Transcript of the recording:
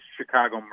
Chicago